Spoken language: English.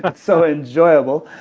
but so enjoyable,